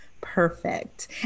Perfect